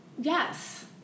Yes